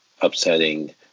upsetting